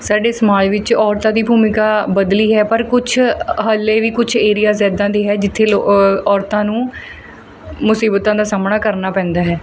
ਸਾਡੇ ਸਮਾਜ ਵਿੱਚ ਔਰਤਾਂ ਦੀ ਭੂਮਿਕਾ ਬਦਲੀ ਹੈ ਪਰ ਕੁੱਛ ਹਲੇ ਵੀ ਕੁੱਛ ਏਰੀਆਜ਼ ਇੱਦਾਂ ਦੇ ਹੈ ਜਿੱਥੇ ਔਰਤਾਂ ਨੂੰ ਮੁਸੀਬਤਾਂ ਦਾ ਸਾਹਮਣਾ ਕਰਨਾ ਪੈਂਦਾ ਹੈ